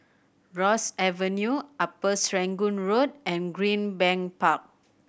Ross Avenue Upper Serangoon Road and Greenbank Park